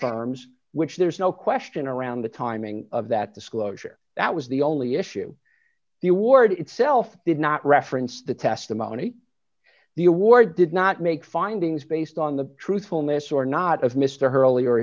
firms which there's no question around the timing of that disclosure that was the only issue the award itself did not reference the testimony the award did not make findings based on the truthfulness or not of mr her earlier